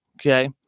Okay